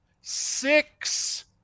six